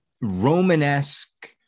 Romanesque